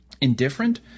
Indifferent